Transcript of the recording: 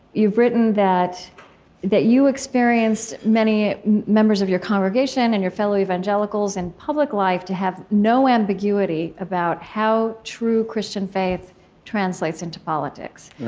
you've written that that you experienced many members of your congregation and your fellow evangelicals in public life to have no ambiguity about how true christian faith translates into politics,